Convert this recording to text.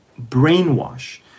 brainwash